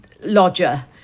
Lodger